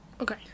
okay